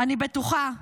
אני בטוחה,